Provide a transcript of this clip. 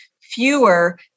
fewer